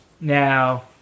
now